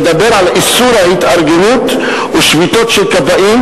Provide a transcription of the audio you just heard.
מדבר על איסור התארגנות ושביתות של כבאים,